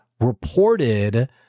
reported